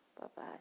Bye-bye